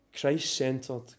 Christ-centered